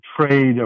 trade